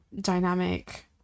dynamic